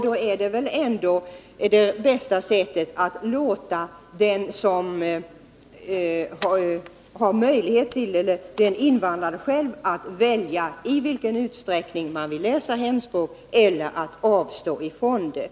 Då är väl ändå det bästa att låta invandraren själv välja i vilken utsträckning han eller hon vill läsa hemspråk eller avstå från det.